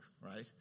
right